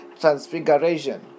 transfiguration